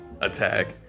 attack